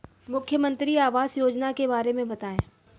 मुख्यमंत्री आवास योजना के बारे में बताए?